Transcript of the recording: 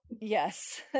Yes